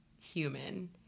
human